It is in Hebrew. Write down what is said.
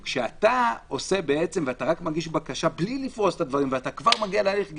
כשאתה רק מגיש בקשה בלי לפרוש את הדברים ואתה כבר מגיע להליך גישור,